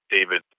David